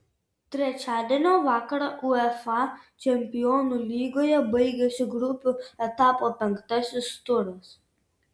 trečiadienio vakarą uefa čempionų lygoje baigėsi grupių etapo penktasis turas